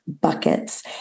buckets